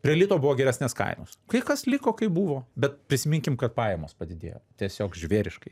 prie lito buvo geresnės kainos kai kas liko kaip buvo bet prisiminkim kad pajamos padidėjo tiesiog žvėriškai